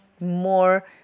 more